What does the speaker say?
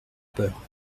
peur